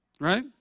right